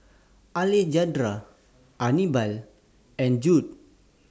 Alejandra Anibal and Jude